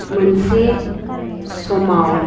मोनसे समाव